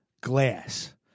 Glass